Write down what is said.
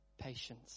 Patience